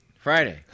Friday